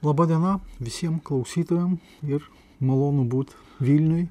laba diena visiem klausytojam ir malonu būt vilniuj